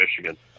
Michigan